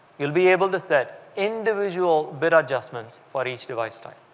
you'll be able to set individual bid adjustments for each device style,